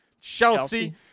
Chelsea